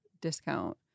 discount